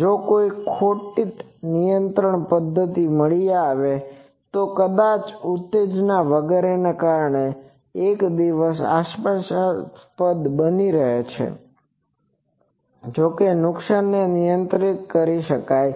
જો કોઈ ખોટ નિયંત્રણની પદ્ધતિ મળી આવે તો તે કદાચ ઉત્તેજના વગેરે ને કારણે એક દિવસ આશાસ્પદ બની શકે છે જો કે તે નુકસાનને નિયંત્રિત કરી શકાય